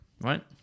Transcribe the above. right